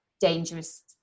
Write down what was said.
dangerous